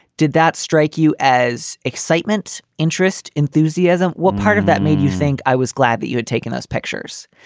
did that strike you as excitement, interest, enthusiasm? what part of that made you think? i was glad that you had taken those pictures,